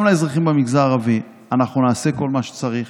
לאזרחים במגזר הערבי: אנחנו נעשה כל מה שצריך,